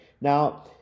now